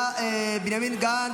בנימין גנץ,